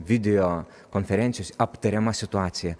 video konferencijose aptariama situacija